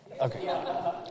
Okay